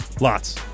Lots